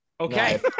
Okay